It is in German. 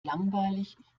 langweilig